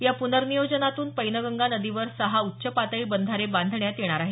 या पूनर्नियोजनातून पैनगंगा नदीवर सहा उच्च पातळी बंधारे बांधण्यात येणार आहेत